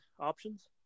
options